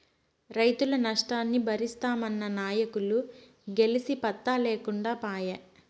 రైతుల నష్టాన్ని బరిస్తామన్న నాయకులు గెలిసి పత్తా లేకుండా పాయే